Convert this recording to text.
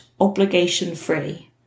obligation-free